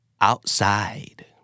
Outside